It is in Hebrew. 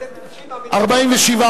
לצו הבא,